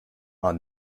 are